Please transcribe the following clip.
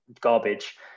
garbage